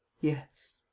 yes.